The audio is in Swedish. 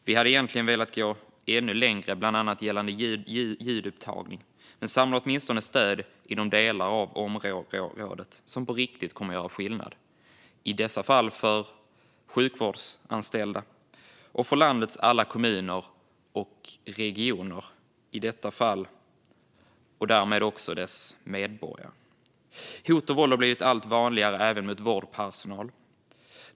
Vi hade egentligen velat gå ännu längre, bland annat gällande ljudupptagning, men vi samlar åtminstone stöd inom delar av området som på riktigt kommer att göra skillnad - i dessa fall för sjukvårdsanställda och för landets alla kommuner och regioner och därmed också deras medborgare. Hot och våld har blivit allt vanligare även mot vårdpersonal.